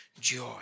joy